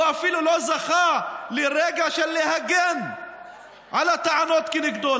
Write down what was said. הוא אפילו לא זכה לרגע של להגן מהטענות כנגדו.